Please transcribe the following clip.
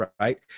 right